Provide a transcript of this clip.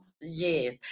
yes